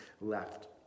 left